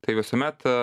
tai visuomet